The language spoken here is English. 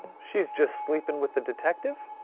she's just sleeping with the detective?